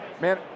man